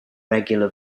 regular